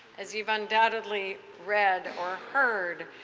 as you have undoubtedly read or heard,